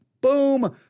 boom